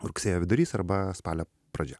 rugsėjo vidurys arba spalio pradžia